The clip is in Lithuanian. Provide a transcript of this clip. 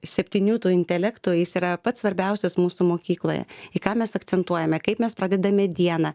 septynių tų intelektų jis yra pats svarbiausias mūsų mokykloje į ką mes akcentuojame kaip mes pradedame dieną